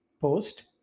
post